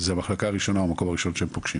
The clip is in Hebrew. זו המחלקה הראשונה או המקום הראשון שהם פוגשים.